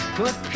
put